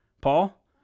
Paul